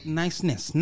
niceness